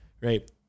right